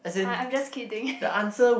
I'm I'm just kidding